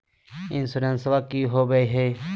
इंसोरेंसबा की होंबई हय?